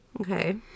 Okay